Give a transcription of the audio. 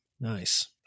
Nice